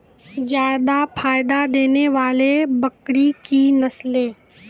जादा फायदा देने वाले बकरी की नसले?